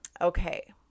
okay